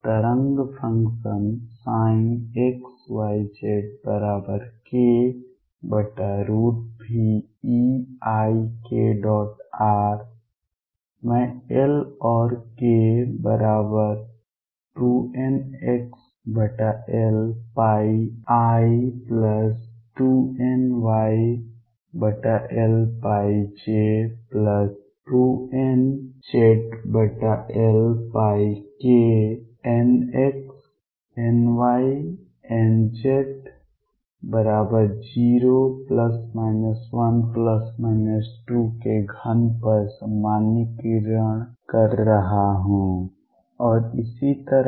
तरंग function xyz1Veikr मैं L और k2nxLπ i2nyLπ j2nzLπ k nx ny nz0 ±1 ±2 के घन पर सामान्यीकरण कर रहा हूं और इसी तरह